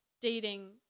dating